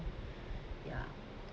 ya